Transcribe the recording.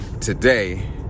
today